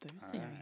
Thursday